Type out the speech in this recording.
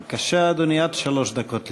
בבקשה, אדוני, עד שלוש דקות לרשותך.